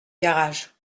garage